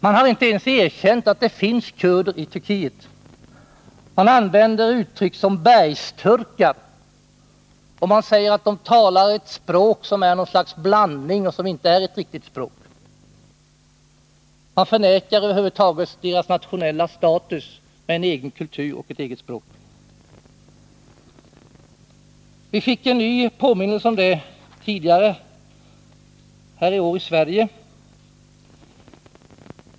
Man har inte ens erkänt att det finns kurder i Turkiet. Man använder uttryck som bergsturkar och säger att dessa talar ett språk som egentligen inte är ett riktigt språk utan något slags blandning av olika språk. Man förnekar över huvud taget kurdernas nationella status med egen kultur och ett eget språk. Vi fick tidigare i år en ny påminnelse om detta här i Sverige.